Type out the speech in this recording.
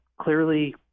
clearly